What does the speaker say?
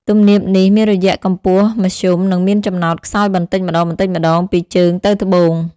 ទំនាបនេះមានរយៈកម្ពស់មធ្យម និងមានចំណោតខ្សោយបន្តិចម្ដងៗពីជើងទៅត្បូង។